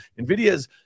Nvidia's